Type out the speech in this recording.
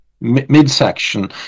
midsection